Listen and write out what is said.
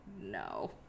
no